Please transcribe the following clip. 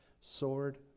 sword